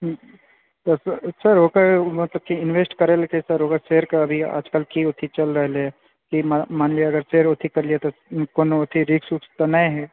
छै ओकर मतलब की इन्वेस्ट करए लए किछु शेयरके अभी आज कल की अथी चल रहलैए हँ की मानि लिए अगर जे अथी करलिऐ कोनो अथी रिस्क उस्क तऽ नहि है